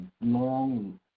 long